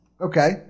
Okay